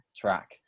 track